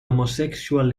homosexual